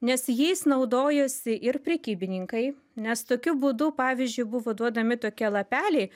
nes jais naudojosi ir prekybininkai nes tokiu būdu pavyzdžiui buvo duodami tokie lapeliai